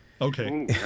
okay